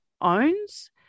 owns